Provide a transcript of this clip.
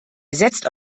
setzt